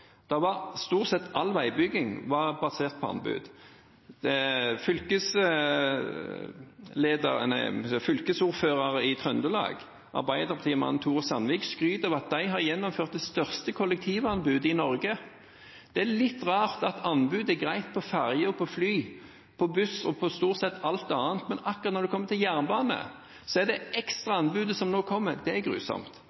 veibygging var basert på anbud. Fylkesordføreren i Trøndelag, Arbeiderparti-mannen Tore O. Sandvik, skryter av at de har gjennomført det største kollektivanbudet i Norge. Det er litt rart at anbud er greit på ferjer, på fly, på buss og på stort sett alt annet, men at akkurat når det kommer til jernbane, er det